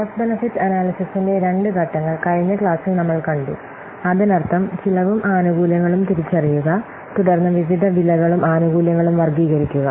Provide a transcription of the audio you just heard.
cost benefit അനല്യ്സിസ്ന്റെ രണ്ട് ഘട്ടങ്ങൾ കഴിഞ്ഞ ക്ലാസ്സിൽ നമ്മൾ കണ്ടു അതിനർത്ഥം ചെലവും ആനുകൂല്യങ്ങളും തിരിച്ചറിയുക തുടർന്ന് വിവിധ വിലകളും ആനുകൂല്യങ്ങളും വർഗ്ഗീകരിക്കുക